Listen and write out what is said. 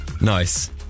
Nice